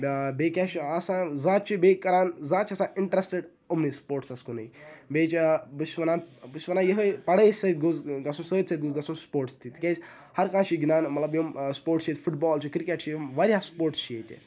بیٚیہِ کیٛاہ چھُ آسان زیادٕ چھُ بیٚیہِ کَران زیادٕ چھِ آسان اِنٹرٛسٹڈ یِمنٕے سپوٹسَس کُنٕے بیٚیہِ چھِ بہٕ چھُس وَنان بہٕ چھُس وَنان یِہٕے پَڑٲے سۭتۍ گوٚژھ گژھُن سۭتۍ سۭتۍ گوٚژھ گژھُن سپوٹس تہِ تِکیٛازِ ہرکانٛہہ چھِ گِںٛدان مطلب یِم سپوٹٕس چھِ ییٚتہِ فُٹ بال چھُ کِرٛکٹ چھُ یِم واریاہ سپوٹٕس چھِ ییٚتہِ